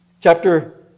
Chapter